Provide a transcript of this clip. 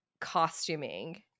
costuming